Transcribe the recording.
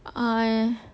ah